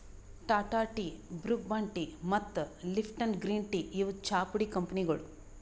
Tata tea, Brooke Bond tea ಮತ್ತ್ Lipton green tea ಇವ್ ಚಾಪುಡಿ ಕಂಪನಿಗೊಳ್